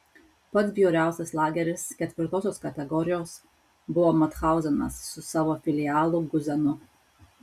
pats bjauriausias lageris ketvirtosios kategorijos buvo mathauzenas su savo filialu guzenu